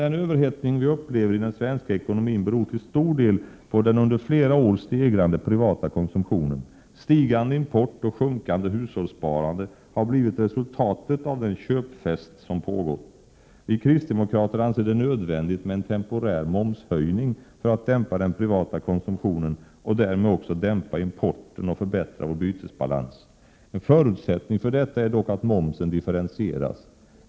Den överhettning vi upplever i den svenska ekonomin beror till stor del på den under flera år ökande privata konsumtionen. Stigande import och sjunkande hushållssparande har blivit resultatet av den köpfest som pågått. Vi kristdemokrater anser det nödvändigt med en temporär momshöjning för att dämpa den privata konsumtionen och därmed också dämpa importen och förbättra vår bytesbalans. En förutsättning för detta är dock att momsen differentieras.